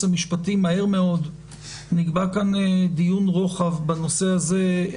המשפטי מהר מאוד נקבע כאן דיון רוחב בנושא הזה.